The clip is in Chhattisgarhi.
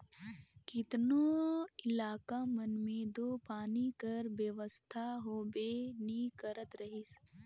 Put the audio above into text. केतनो इलाका मन मे दो पानी कर बेवस्था होबे नी करत रहिस